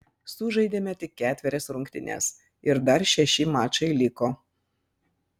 sužaidėme tik ketverias rungtynes ir dar šeši mačai liko